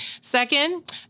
Second